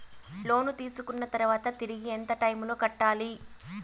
లోను తీసుకున్న తర్వాత తిరిగి ఎంత టైములో కట్టాలి